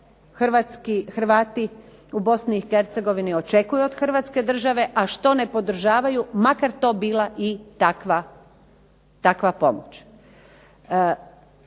Hrvati u BiH očekuju od Hrvatske države, a što ne podržavaju makar to bila i takva pomoć.